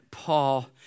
Paul